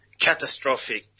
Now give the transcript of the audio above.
catastrophic